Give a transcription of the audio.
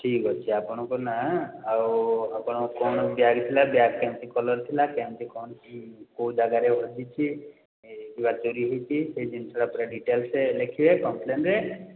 ଠିକ୍ ଅଛି ଆପଣଙ୍କ ନାଁ ଆଉ ଆପଣଙ୍କ କ'ଣ ବ୍ୟାଗ୍ରେ ଥିଲା ବ୍ୟାଗ୍ କେମିତି କଲର୍ ଥିଲା କେମିତି କ'ଣ କେଉଁ ଯାଗାରେ ହଜିଛି କିବା ଚୋରି ହେଇଛି ସେହି ଜିନିଷଟା ପୁରା ଡିଟେଲ୍ସ୍ରେ ସେ ଲେଖିବେ କମ୍ପ୍ଲେନ୍ରେ